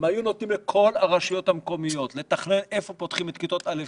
אם היו נותנים לכל הרשויות המקומיות לתכנן איפה פותחים כיתות א'-ב',